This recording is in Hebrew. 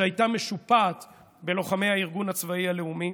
שהייתה משופעת בלוחמי הארגון הצבאי הלאומי.